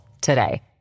today